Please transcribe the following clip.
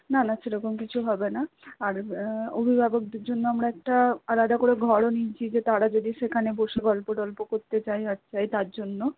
না না সেরকম কিছু হবে না আর অভিভাবকদের জন্য আমরা একটা আলাদা করে ঘরও নিয়েছি যে তারা যদি সেখানে বসে গল্প টল্প করতে চায় আর চায় তার জন্য